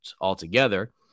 altogether